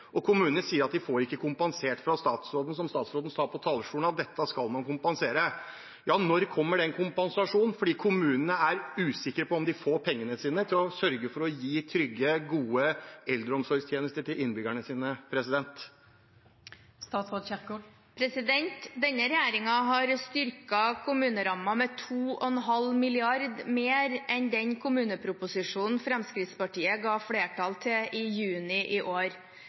Og kommunene sier at de ikke får kompensert fra statsråden, selv om statsråden sa fra talerstolen at dette skal man kompensere. Når kommer den kompensasjonen? Kommunene er usikre på om de får penger til å kunne sørge for å gi trygge og gode eldreomsorgstjenester til innbyggerne sine. Denne regjeringen har styrket kommunerammen med 2,5 mrd. kr mer enn det som var i den kommuneproposisjonen Fremskrittspartiet sørget for at det ble flertall for i juni i år.